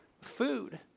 food